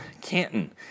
canton